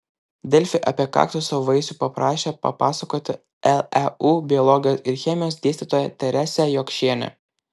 delfi apie kaktuso vaisių paprašė papasakoti leu biologijos ir chemijos dėstytoją teresę jokšienę